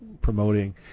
promoting